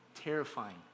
terrifying